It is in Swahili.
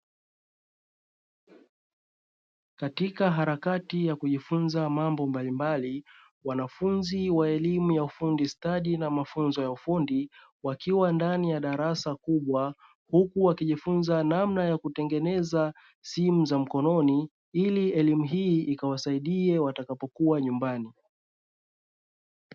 Katika harakati ya kujifunza mambo mbalimbali, wanafunzi wa elimu ya ufundi stadi na mafunzo ya ufundi. Wakiwa ndani ya darasa kubwa huku wakijifunza namna ya kutengeneza simu za mkononi ili elimu hii ikawasaidie watakapokuwa nyumbani.